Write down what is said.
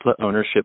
ownership